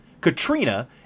Katrina